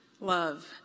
love